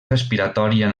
respiratòria